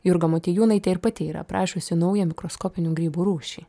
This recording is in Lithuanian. jurga motiejūnaitė ir pati yra aprašiusi naują mikroskopinių grybų rūšį